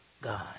God